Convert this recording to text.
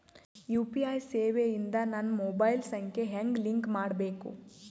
UPI ಸೇವೆ ಇಂದ ನನ್ನ ಮೊಬೈಲ್ ಸಂಖ್ಯೆ ಹೆಂಗ್ ಲಿಂಕ್ ಮಾಡಬೇಕು?